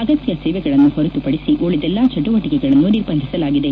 ಅಗತ್ಯ ಸೇವೆಗಳನ್ನು ಹೊರತುಪದಿಸಿ ಉಳಿದೆಲ್ಲಾ ಚುಟುವಟಿಕೆಗಳನ್ನು ನಿರ್ಬಂಧಿಸಲಾಗಿದೆ